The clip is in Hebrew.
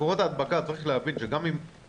צריך להבין שמקורות ההדבקה,